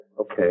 Okay